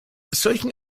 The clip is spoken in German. solchen